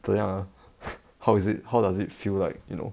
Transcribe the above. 怎样 ah how is it how does it feel like you know